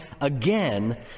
again